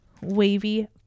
wavy